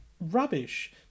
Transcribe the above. rubbish